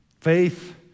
faith